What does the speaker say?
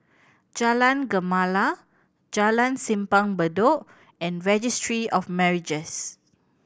Jalan Gemala Jalan Simpang Bedok and Registry of Marriages